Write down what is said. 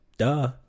duh